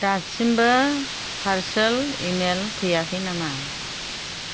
दासिमबो parcel email फैयाखै नामा